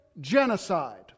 Genocide